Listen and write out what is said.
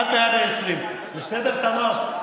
עד 120. בסדר, תמר?